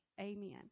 Amen